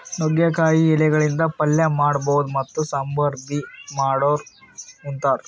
ನುಗ್ಗಿಕಾಯಿ ಎಲಿಗಳಿಂದ್ ಪಲ್ಯ ಮಾಡಬಹುದ್ ಮತ್ತ್ ಸಾಂಬಾರ್ ಬಿ ಮಾಡ್ ಉಂತಾರ್